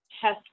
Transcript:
test